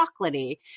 chocolatey